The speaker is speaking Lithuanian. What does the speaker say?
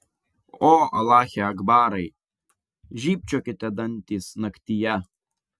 o alache akbarai žybčiokite dantys naktyje